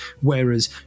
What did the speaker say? whereas